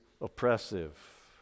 oppressive